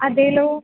അതേലോ